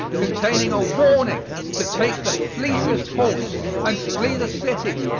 containing a warning to take the fleetest horse and flee the city,